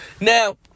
Now